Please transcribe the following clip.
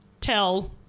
tell